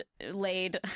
laid